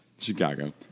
Chicago